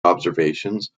observations